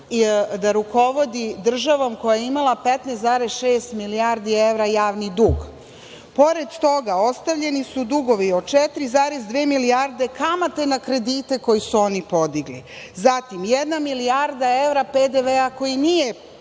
da rukovodi državom koja je imala 15,6 milijardi evra javni dug. Pored toga, ostavljeni su dugovi od 4,2 milijarde kamate na kredite koje su oni podigli. Zatim, jedna milijarda evra PDV-a koji nije